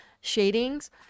shadings